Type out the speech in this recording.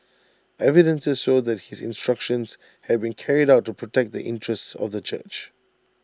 evidences showed that his instructions had been carried out to protect the interests of the church